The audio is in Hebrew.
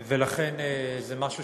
ולכן, זה משהו